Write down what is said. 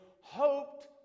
hoped